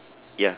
ya